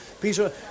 Peter